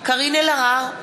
קארין אלהרר,